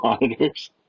monitors